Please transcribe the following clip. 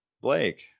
Blake